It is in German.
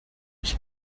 ich